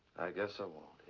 guess i won't,